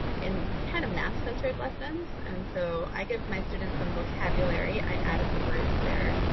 in kind of math centered lessons. and so i give my students some vocabulary, i added the words there.